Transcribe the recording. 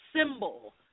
symbol